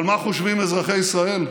אבל מה חושבים אזרחי ישראל?